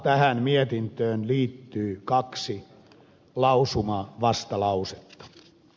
tähän mietintöön liittyy kaksi lausumavastalausetta